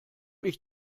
mich